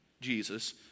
Jesus